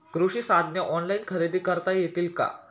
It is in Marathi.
कृषी साधने ऑनलाइन खरेदी करता येतील का?